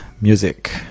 music